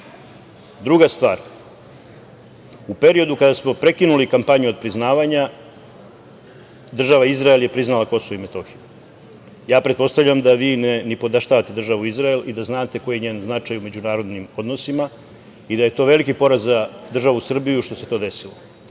stvar, u periodu kada smo prekinuli kampanju otpriznavanja Država Izrael je priznala Kosovo i Metohiju. Ja pretpostavljam da vi ne nipodaštavate Državu Izrael i da znate koji je njen značaj u međunarodnim odnosima i da je to veliki poraz za državu Srbiju što se to desilo.